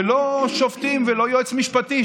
ולא שופטים ולא יועץ משפטי,